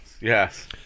Yes